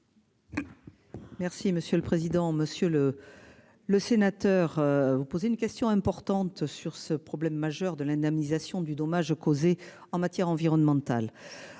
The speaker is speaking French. Merci monsieur le président, Monsieur le. Le sénateur vous poser une question importante sur ce problème majeur de l'indemnisation du dommage causé en matière environnementale.